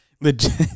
Legit